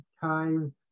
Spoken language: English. time